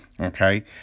Okay